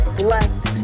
blessed